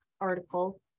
article